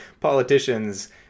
politicians